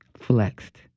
Flexed